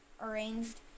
arranged